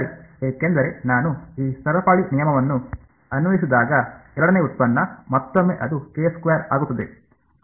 ಸರಿ ಏಕೆಂದರೆ ನಾನು ಈ ಸರಪಳಿ ನಿಯಮವನ್ನು ಅನ್ವಯಿಸಿದಾಗ ಎರಡನೇ ಉತ್ಪನ್ನ ಮತ್ತೊಮ್ಮೆ ಅದು ಆಗುತ್ತದೆ